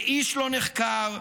ואיש לא נחקר,